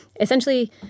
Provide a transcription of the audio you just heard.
essentially